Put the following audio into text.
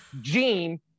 Gene